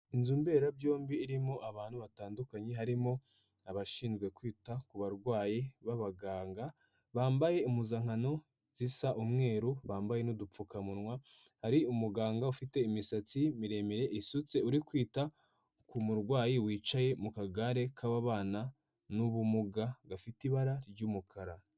Inzu mberabyombi irimo abantu batandukanye harimo abashinzwe kwita ku barwayi b'abaganga bambaye impuzankano zisa umweru bambaye n'udupfukamunwa hari umuganga ufite imisatsi miremire usutse uri kwita ku murwayi wicaye mu kagare k'ababana n'ubumuga gafite ibara ry'umukara.